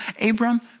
Abram